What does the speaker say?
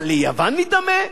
הליוון נדמה?